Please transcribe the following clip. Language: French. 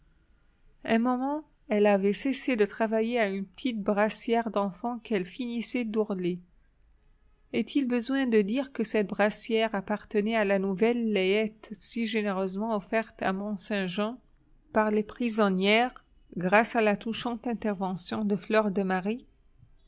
un moment elle avait cessé de travailler à une petite brassière d'enfant qu'elle finissait d'ourler est-il besoin de dire que cette brassière appartenait à la nouvelle layette si généreusement offerte à mont-saint-jean par les prisonnières grâce à la touchante intervention de fleur de marie